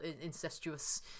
incestuous